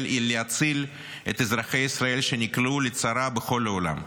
היא להציל את אזרחי ישראל שנקלעו לצרה בכל העולם.